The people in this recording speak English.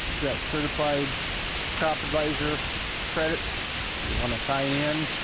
got certified crop advisor credits if you want to sign in.